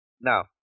Now